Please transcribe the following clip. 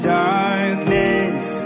darkness